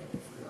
כן.